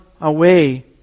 away